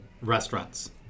restaurants